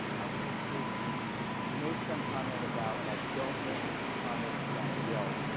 i was intrigued you you made some comment about like don't make comments on yelp.